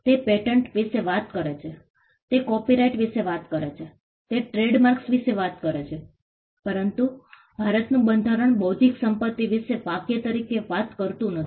તે પેટન્ટ વિશે વાત કરે છે તે કોપિરાઇટ વિશે વાત કરે છે તે ટ્રેડમાર્ક્સ વિશે વાત કરે છે પરંતુ ભારતનું બંધારણ બૌદ્ધિક સંપત્તિ વિશે વાક્ય તરીકે વાત કરતું નથી